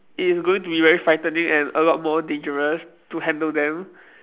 it's going to be very frightening and a lot more dangerous to handle them